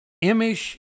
image